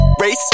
race